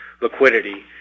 liquidity